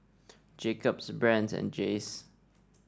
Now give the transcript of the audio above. Jacob's Brand's and Jays